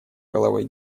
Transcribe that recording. головой